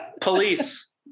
Police